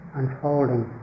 unfolding